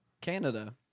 Canada